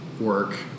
work